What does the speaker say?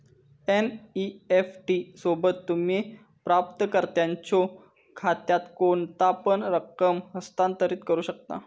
NEFT सोबत, तुम्ही प्राप्तकर्त्याच्यो खात्यात कोणतापण रक्कम हस्तांतरित करू शकता